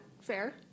fair